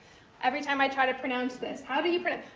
every time i try to pronounce this. how do you pronounce,